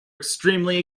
extremely